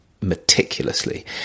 meticulously